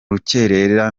rukerera